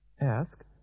Ask